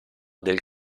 del